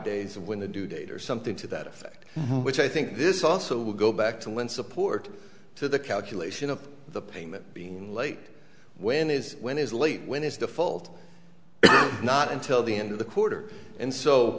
of when the due date or something to that effect which i think this also will go back to lend support to the calculation of the payment being late when is when is late when it's default not until the end of the quarter and so